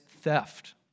theft